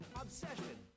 obsession